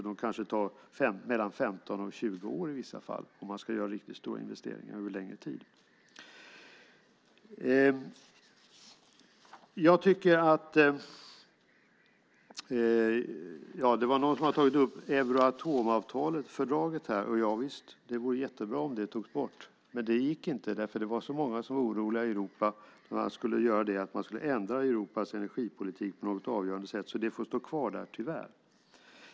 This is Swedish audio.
Det kanske tar mellan 15 och 20 år i vissa fall om man ska göra riktigt stora investeringar över längre tid. Någon har tagit upp Euratomfördraget. Det vore jättebra om det togs bort. Det gick inte eftersom så många i Europa var oroliga för att man skulle ändra Europas energipolitik på något avgörande sätt. Det får därför tyvärr stå kvar.